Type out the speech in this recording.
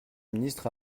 ministre